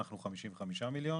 אנחנו 55 מיליון.